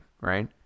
Right